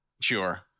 Sure